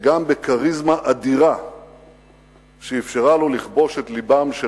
וגם בכריזמה אדירה שאפשרה לו לכבוש את לבם של